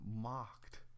mocked